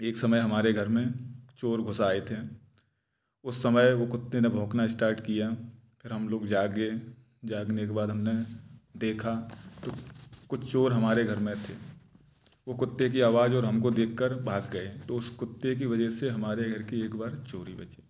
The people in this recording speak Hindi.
एक समय हमारे घर में चोर घुस आए थे उस समय वो कुत्ते ने भौंकना स्टार्ट किया फिर हम लोग जागे जागने के बाद हमने देखा तो कुछ चोर हमारे घर में थे वो कुत्ते की आवाज और हमको देख कर भाग गए तो उस कुत्ते की वजह से हमारे घर की एक बार चोरी बची